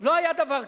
לא היה דבר כזה.